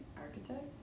architect